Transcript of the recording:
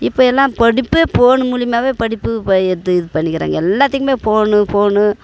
இப்போ எல்லாம் படிப்பே போன் மூலியமாவே படிப்பு இது பண்ணிக்கிறாங்க எல்லாத்துக்குமே போன்னு போன்னு